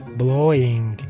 blowing